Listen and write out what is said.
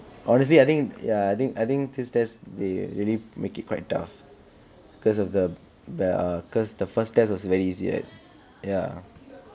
honestly I think yeah I think I think this test they really make it quite tough cause of the bell ah cause the first test was very easy right